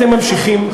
אתם ממשיכים,